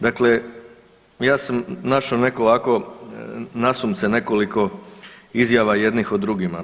Dakle, ja sam našao neko ovako, nasumice nekoliko izjava jednih o drugima.